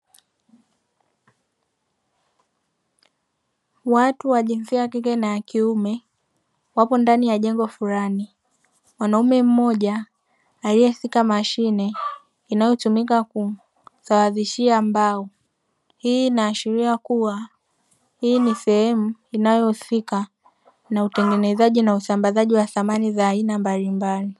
Watu wa jinsia ya kike na ya kiume wapo ndani ya jengo fulani, mwanaume mmoja alieshika mashine inayotumika kusawazishia mbao, hii inaashiria kuwa hii ni sehemu inayohusika na utengenezaji na usambazaji wa samani za aina mbalimbali.